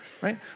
right